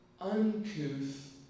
uncouth